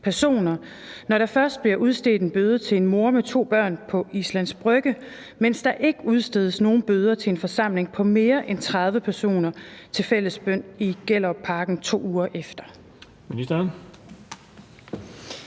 personer, når der først bliver udstedt en bøde til en mor med to børn på Islands Brygge, men ikke nogen bøder til en forsamling på mere end 30 personer til fællesbøn i Gellerup 2 uger efter?